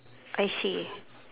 I see